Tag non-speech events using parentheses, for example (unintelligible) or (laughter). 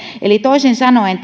eli toisin sanoen (unintelligible)